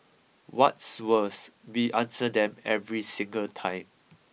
what's worse we answer them every single time